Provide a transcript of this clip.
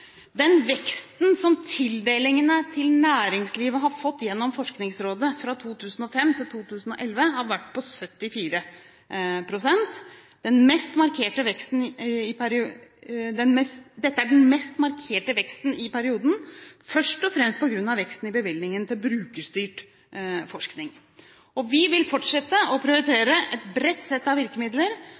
Den veksten som tildelingene til næringslivet har fått gjennom Forskningsrådet fra 2005 til 2011 har vært på 74 pst. Dette er den mest markerte veksten i perioden, først og fremst på grunn av veksten i bevilgningen til brukerstyrt forskning. Vi vil fortsette å prioritere et bredt sett av virkemidler,